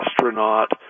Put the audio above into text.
astronaut